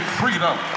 freedom